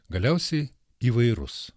galiausiai įvairus